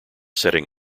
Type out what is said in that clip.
setting